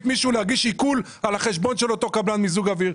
מישהו להגיש עיקול על החשבון של אותו קבלן מיזוג אוויר,